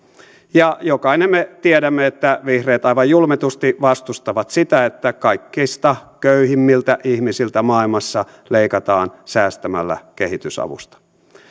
ja jokainen me tiedämme että vihreät aivan julmetusti vastustavat sitä että kaikista köyhimmiltä ihmisiltä maailmassa leikataan säästämällä kehitysavusta